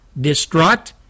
Distraught